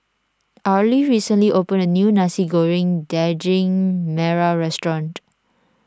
Arly recently opened a new Nasi Goreng Daging Merah restaurant